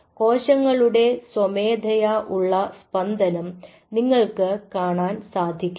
കോശങ്ങളുടെ സ്വമേധയാ ഉള്ള സ്പന്ദനം നിങ്ങൾക്ക് കാണാൻ സാധിക്കണം